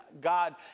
God